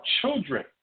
children